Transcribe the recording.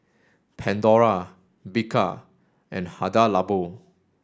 Pandora Bika and Hada Labo